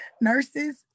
nurses